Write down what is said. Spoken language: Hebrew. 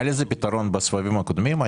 היה לזה פתרון בסבבים הקודמים?